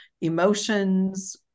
emotions